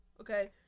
okay